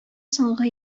соңгы